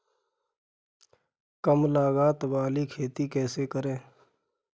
कम लागत वाली खेती कैसे करें?